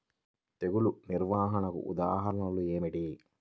తెగులు నిర్వహణకు ఉదాహరణలు ఏమిటి?